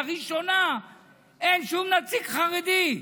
לראשונה אין שום נציג חרדי,